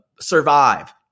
survive